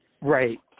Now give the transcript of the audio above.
right